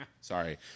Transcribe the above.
sorry